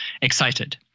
excited